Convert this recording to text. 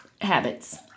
habits